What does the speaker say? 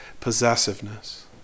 possessiveness